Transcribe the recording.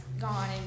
gone